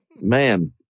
Man